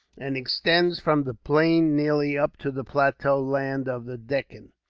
and extends from the plain nearly up to the plateau land of the deccan.